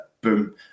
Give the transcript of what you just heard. Boom